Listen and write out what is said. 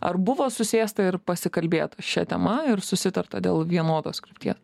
ar buvo susėsta ir pasikalbėta šia tema ir susitarta dėl vienodos krypties